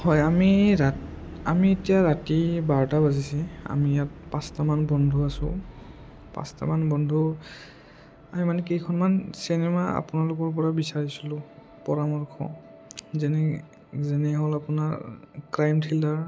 হয় আমি আমি এতিয়া ৰাতি বাৰটা বাজিছে আমি ইয়াত পাঁচটামান বন্ধু আছোঁ পাঁচটামান বন্ধু আমি মানে কেইখনমান চিনেমা আপোনালোকৰপৰা বিচাৰিছিলোঁ পৰামৰ্শ যেনে যেনে হ'ল আপোনাৰ ক্ৰাইম থ্ৰীলাৰ